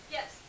Yes